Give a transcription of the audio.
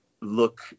look